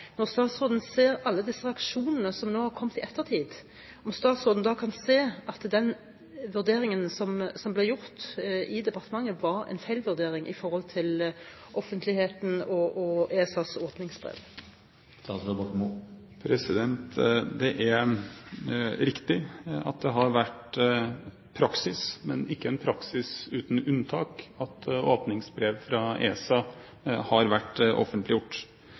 Når statsråden ser alle disse reaksjonene som har kommet i ettertid, kan han se at den vurderingen som ble gjort i departementet, var en feilvurdering i forhold til offentligheten og ESAs åpningsbrev? Det er riktig at det har vært praksis, men ikke en praksis uten unntak, at åpningsbrev fra ESA har vært offentliggjort.